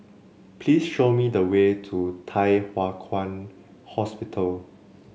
please show me the way to Thye Hua Kwan Hospital